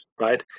right